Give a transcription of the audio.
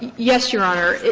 yes, your honor.